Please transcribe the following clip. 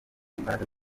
imbaraga